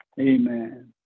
amen